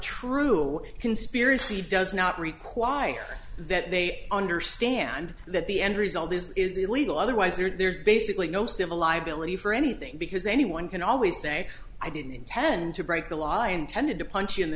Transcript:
true conspiracy does not require that they understand that the end result is is illegal otherwise there's basically no civil liability for anything because anyone can always say i didn't intend to break the law i intended to punch in the